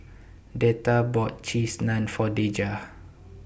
Deetta bought Cheese Naan For Dejah